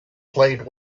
played